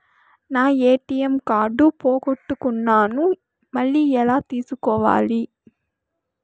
నా ATM card పోగొట్టుకున్నాను, మళ్ళీ ఎలా తీసుకోవాలి?